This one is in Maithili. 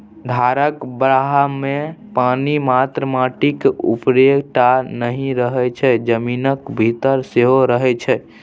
धारक बहावमे पानि मात्र माटिक उपरे टा नहि रहय छै जमीनक भीतर सेहो रहय छै